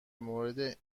مورد